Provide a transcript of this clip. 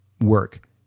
work